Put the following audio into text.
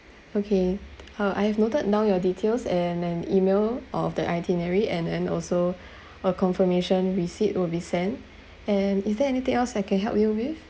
okay uh I have noted down your details and and email of the itinerary and then also a confirmation receipt will be sent and is there anything else I can help you with